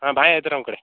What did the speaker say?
ಹಾಂ ಬಾವಿ ಐತ್ರಿ ನಮ್ಮ ಕಡೆ